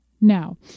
Now